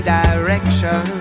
direction